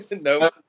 No